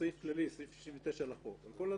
סעיף 69 לחוק הוא סעיף כללי.